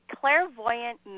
clairvoyant